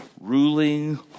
ruling